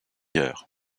heure